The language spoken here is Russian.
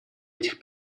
этих